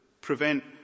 prevent